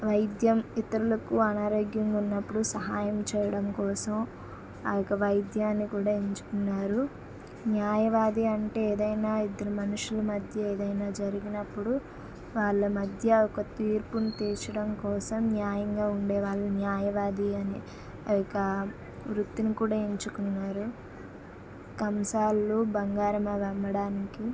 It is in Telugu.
వైద్యం ఇతరులకు అనారోగ్యంగా ఉన్నప్పుడు సహాయం చేయడం కోసం ఆ యొక్క వైద్యాన్ని కూడా ఎంచుకున్నారు న్యాయవాది అంటే ఏదైనా ఇద్దరు మనుషులు మధ్య ఏదైనా జరిగినప్పుడు వాళ్ళ మధ్య ఒక తీర్పును తీర్చడం కోసం న్యాయంగా ఉండేవాళ్ళు న్యాయవాది అని ఈ యొక్క వృత్తిని కూడ ఎంచుకున్నారు కంసాల్లు బంగారం అవి అమ్మడానికి